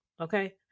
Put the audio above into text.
Okay